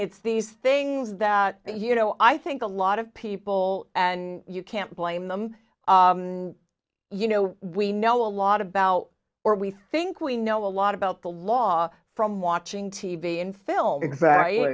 it's these things that you know i think a lot of people and you can't blame them you know we know a lot about or we think we know a lot about the law from watching t v and film